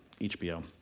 HBO